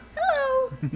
Hello